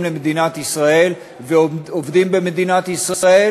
למדינת ישראל ועובדים במדינת ישראל,